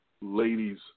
ladies